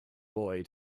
boy